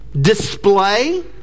display